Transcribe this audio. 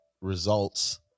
results